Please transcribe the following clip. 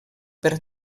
per